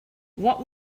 what